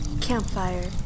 Campfire